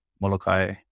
Molokai